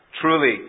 truly